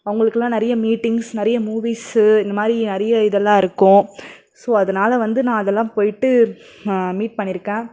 அவங்களுக்குலாம் நிறைய மீட்டிங்ஸ் நிறைய மூவிஸ்ஸு இந்தமாதிரி நிறைய இதெல்லாம் இருக்கும் ஸோ அதனால வந்து நான் அதெல்லாம் போயிவிட்டு மீட் பண்ணிருக்கேன்